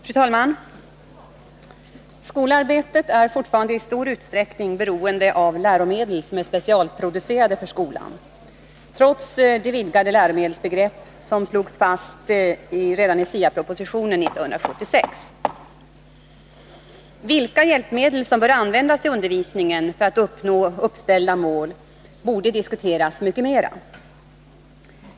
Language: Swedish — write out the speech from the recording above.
Fru talman! Skolarbetet är fortfarande i stor utsträckning beroende av läromedel som är specialproducerade för skolan, trots det vidgade läromedelsbegrepp som slogs fast redan i SIA-propositionen 1976. Vilka hjälpmedel som bör användas i undervisningen för att uppnå 09 uppställda mål borde diskuteras mycket mera.